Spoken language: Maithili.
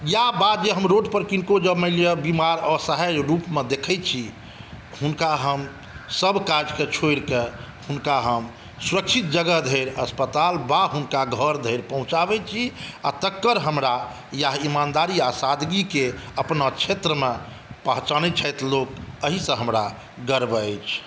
या वा जँ रोड पर हम किनको जँ मानि लिअ बिमार या असहाय रूपमे देखै छी हुनका हम सभ काजके छोड़ि कऽ हुनका हम सुरक्षित जगह धरि अस्पताल वा हुनका घर धरि पहुँचाबै छी आ तकर हमरा इएह ईमानदारी आ सादगीके अपना क्षेत्रमे पहचानै छथि लोक एहिसँ हमरा गर्व अछि